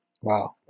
Wow